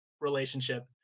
relationship